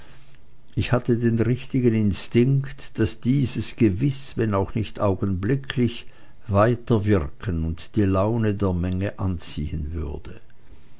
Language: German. ich hatte den richtigen instinkt daß dieses gewiß wenn auch nicht augenblicklich weiterwirken und die laune der menge anziehen würde